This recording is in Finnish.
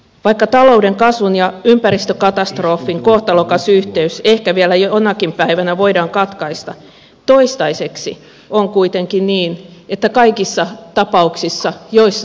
vaikka talouden kasvun ja ympäristökatastrofin kohtalokas yhteys ehkä vielä jonakin päivänä voidaan katkaista toistaiseksi on kuitenkin niin että kaikissa tapauksissa joissa talous kasvaa ympäristö häviää